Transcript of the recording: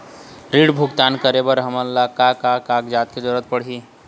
ऋण भुगतान करे बर हमन ला का का कागजात के जरूरत पड़ही?